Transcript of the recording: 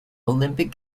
olympic